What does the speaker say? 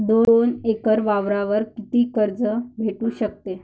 दोन एकर वावरावर कितीक कर्ज भेटू शकते?